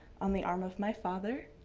on the arm of my father,